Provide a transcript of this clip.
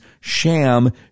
sham